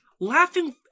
Laughing